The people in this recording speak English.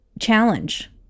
challenge